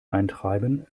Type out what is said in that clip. eintreiben